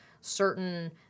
certain